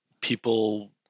people